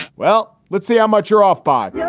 well, let's see how much you're off, bob. yeah